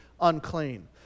unclean